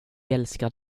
älskar